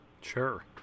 Sure